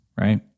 Right